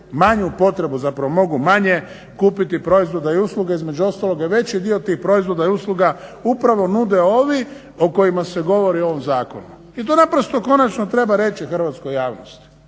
manju potrebu, zapravo mogu manje kupiti proizvoda i usluga, između ostaloga i veći dio tih proizvoda i usluga upravo nude ovi o kojima se govori u ovom zakonu i to naprosto konačno treba reći hrvatskoj javnosti.